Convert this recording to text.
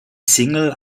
single